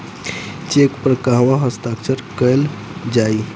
Check पर कहवा हस्ताक्षर कैल जाइ?